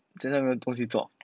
现在没有东西做